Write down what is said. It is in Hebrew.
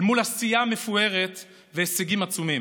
אל מול עשייה מפוארת והישגים עצומים,